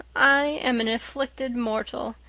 i am an afflicted mortal.